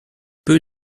peu